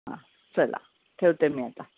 चला ठेवते मी आता